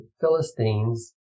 Philistines